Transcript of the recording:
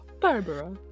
Barbara